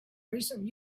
recent